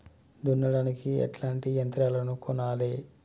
దున్నడానికి ఎట్లాంటి యంత్రాలను కొనాలే?